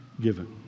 given